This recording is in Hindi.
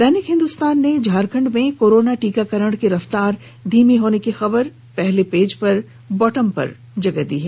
दैनिक हिन्दुस्तान ने झारखंड में कोरोना टीकाकरण की रफ्तार धीमी होने की खबर को पहले पेज पर बॉटम पर जगह दी है